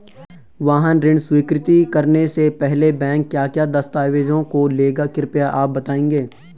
वाहन ऋण स्वीकृति करने से पहले बैंक क्या क्या दस्तावेज़ों को लेगा कृपया आप बताएँगे?